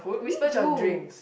we do